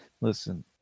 Listen